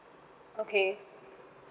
okay